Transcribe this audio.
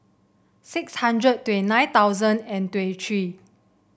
six hundred and twenty nine thousand and twenty three